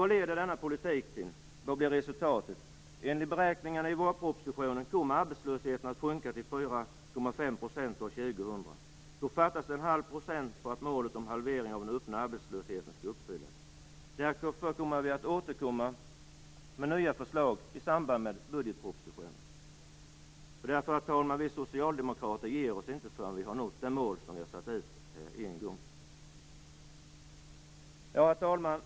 Vad leder då denna politik till? Vad blir resultatet? Enligt beräkningarna i vårpropositionen kommer arbetslösheten att sjunka till 4,5 % år 2000. Då fattas det en halv procentenhet för att målet om halvering av den öppna arbetslösheten skall uppfyllas. Därför kommer vi att återkomma med nya förslag i samband med budgetpropositionen. Vi socialdemokrater ger oss nämligen inte förrän vi nått det mål vi en gång har satt upp. Herr talman!